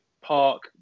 park